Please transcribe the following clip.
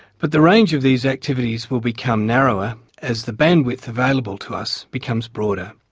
but the range of these activities will become narrower as the bandwidth available to us becomes broader.